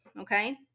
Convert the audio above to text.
Okay